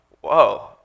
whoa